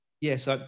Yes